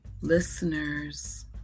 Listeners